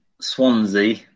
Swansea